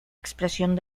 expresión